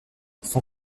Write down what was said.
son